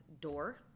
door